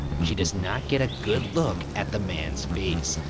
she does not get a good look at the man's face,